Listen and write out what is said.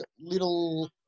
little